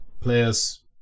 players